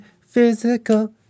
physical